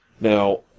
Now